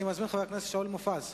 אני מזמין את חבר הכנסת שאול מופז.